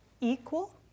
equal